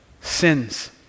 sins